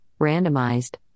randomized